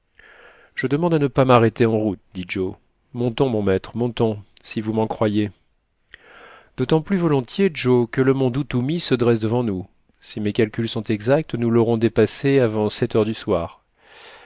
je demande à ne pas m'arrêter en route dit joe montons mon maître montons si vous m'en croyez d'autant plus volontiers joe que le mont duthumi se dresse devant nous si mes calculs sont exacts nous l'aurons dépassé avant sept heures du soir